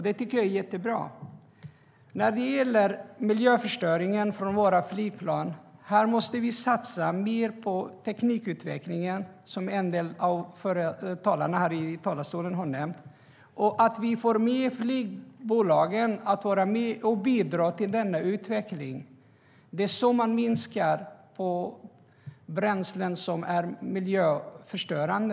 Det tycker jag är jättebra. När det gäller miljöförstöringen från våra flygplan måste vi satsa mer på teknikutvecklingen, som en del talare har nämnt här i talarstolen. Vi måste få flygbolagen att vara med och bidra till denna utveckling. Det är så man minskar bränslen som är miljöförstörande.